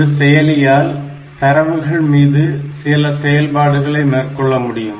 ஒரு செயலியியால் தரவுகள் மீது சில செயல்பாடுகளை மேற்கொள்ள முடியும்